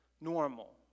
normal